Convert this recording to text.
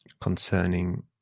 concerning